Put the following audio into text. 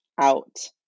out